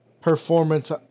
performance